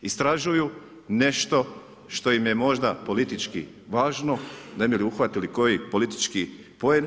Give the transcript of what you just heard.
Istražuju nešto što im je možda politički važno, ne bi li uhvatili koji politički poen.